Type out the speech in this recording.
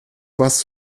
warst